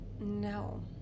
No